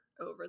over